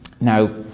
Now